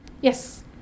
Yes